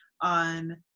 on